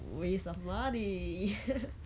waste of money